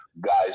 guys